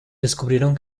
descubrieron